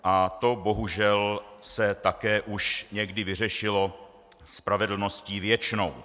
A to bohužel se také už někdy vyřešilo spravedlností věčnou.